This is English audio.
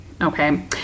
okay